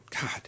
God